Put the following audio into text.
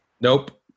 Nope